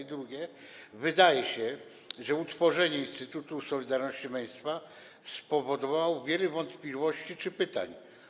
Po drugie, wydaje się, że utworzenie Instytutu Solidarności i Męstwa spowodowało, że jest wiele wątpliwości czy pytań.